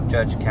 Judge